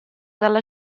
dalla